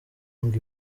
ngo